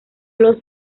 los